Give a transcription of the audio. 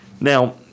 Now